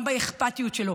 גם באכפתיות שלו.